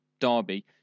Derby